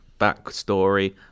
backstory